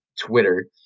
twitter